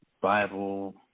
Bible